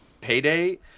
payday